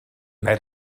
made